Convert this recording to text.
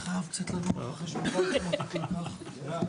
חבר'ה,